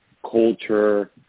culture